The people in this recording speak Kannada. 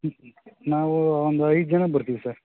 ನಾವು ಒಂದು ಐದು ಜನ ಬರ್ತಿವಿ ಸರ್